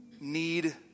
need